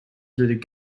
through